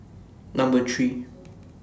Number three